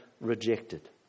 rejected